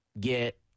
get